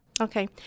Okay